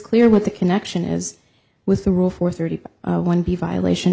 clear what the connection is with the rule for thirty one b violation